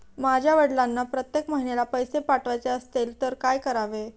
माझ्या वडिलांना प्रत्येक महिन्याला पैसे पाठवायचे असतील तर काय करावे?